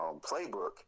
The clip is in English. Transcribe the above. playbook